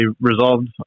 resolved